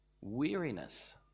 weariness